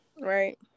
right